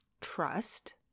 trust